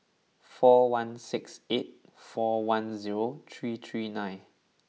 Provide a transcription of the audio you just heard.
four one six eight four one zero three three nine